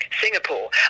Singapore